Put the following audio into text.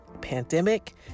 pandemic